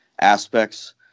aspects